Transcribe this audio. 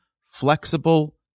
flexible